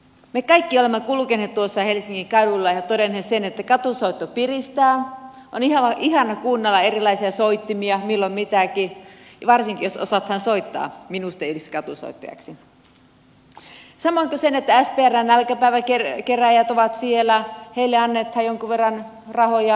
me kaikki olemme kulkeneet tuossa helsingin kaduilla ja todenneet sen että katusoitto piristää on ihana kuunnella erilaisia soittimia milloin mitäkin ja varsinkin jos osataan soittaa minusta ei olisi katusoittajaksi samoin kuin sen että sprn nälkäpäivä kerääjät ovat siellä heille annetaan jonkun verran rahoja